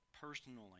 personally